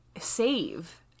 save